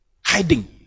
Hiding